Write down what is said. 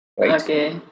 Okay